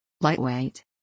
Lightweight